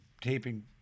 taping